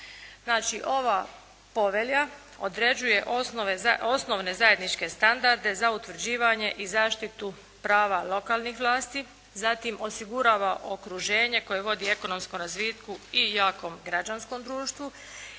ova povelja određuje osnovne zajedničke standarde za utvrđivanje i zaštitu prava lokalnih vlasti. Zatim osigurava okruženje koje vodi ekonomskom razvitku i jakom građanskom društvu